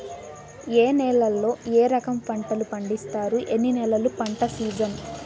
ఏ నేలల్లో ఏ రకము పంటలు పండిస్తారు, ఎన్ని నెలలు పంట సిజన్?